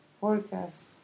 forecast